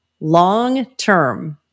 long-term